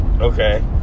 Okay